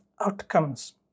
outcomes